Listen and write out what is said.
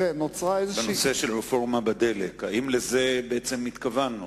בנושא של רפורמה בדלק, האם לזה בעצם התכוונו?